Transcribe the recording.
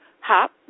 hop